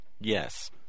Yes